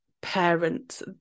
parents